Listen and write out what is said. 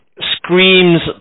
screams